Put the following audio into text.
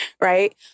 Right